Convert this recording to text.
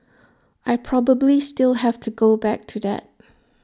I probably still have to go back to that